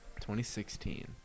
2016